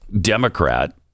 democrat